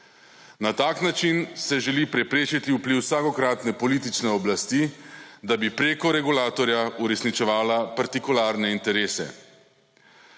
Na tak način se želi preprečiti vpliv vsakokratne politične oblasti, da bi preko regulatorja uresničevala partikularne interese.